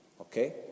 Okay